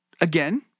Again